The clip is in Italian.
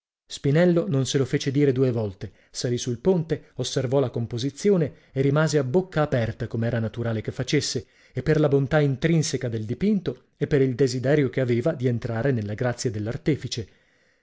spinello non se lo fece dire due volte salì sul ponte osservò la composizione e rimase a bocca aperta com'era naturale che facesse e per la bontà intrinseca del dipinto e per il desiderio che aveva di entrare nella grazia